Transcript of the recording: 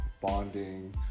bonding